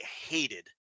hated